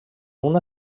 una